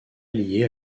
alliée